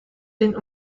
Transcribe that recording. den